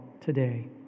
today